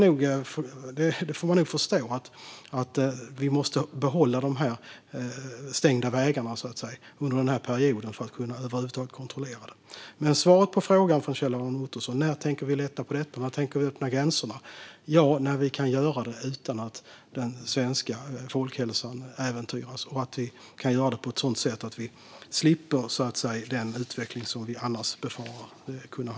Man får nog förstå att vi måste behålla de här stängda vägarna under denna period för att kunna kontrollera det hela. Svaret på Kjell-Arne Ottossons fråga om när vi tänker lätta på detta och när vi tänker öppna gränserna är att vi gör det när vi kan göra det utan att den svenska folkhälsan äventyras och när vi kan göra det på ett sådant sätt att vi slipper den utveckling som vi annars befarar att vi får.